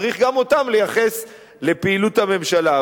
צריך גם אותם לייחס לפעילות הממשלה.